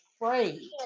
afraid